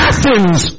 Athens